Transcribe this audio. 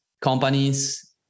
companies